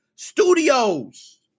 Studios